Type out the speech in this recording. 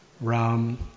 Ram